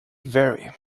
vary